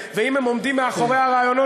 פסולת פוליטית, פסולת פוליטית ששמה קדימה.